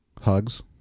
hugs